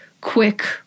quick